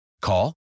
call